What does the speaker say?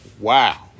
wow